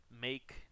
make